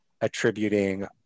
attributing